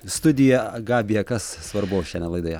studija gabija kas svarbu šiandien laidoje